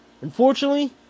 Unfortunately